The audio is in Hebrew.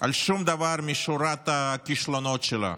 על שום דבר משורת הכישלונות שלה,